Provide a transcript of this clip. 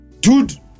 Dude